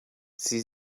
sie